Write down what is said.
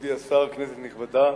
מכובדי השר, כנסת נכבדה,